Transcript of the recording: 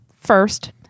first